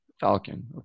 Falcon